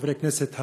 חברי הכנסת,